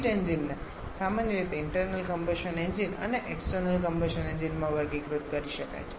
heat engine ોને સામાન્ય રીતે ઇન્ટરનલ કમ્બશન એન્જિન અને એક્સટર્નલ કમ્બશન એન્જિન માં વર્ગીકૃત કરી શકાય છે